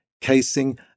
casing